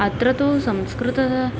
अत्र तु संस्कृतस्य